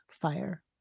fire